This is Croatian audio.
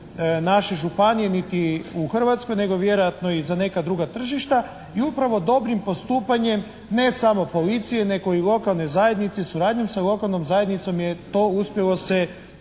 naše županije niti u Hrvatskoj nego vjerojatno i za neka druga tržišta i upravo dobrim postupanjem ne samo policije nego i lokalne zajednice, suradnjom sa lokalnom zajednicom je to uspjelo se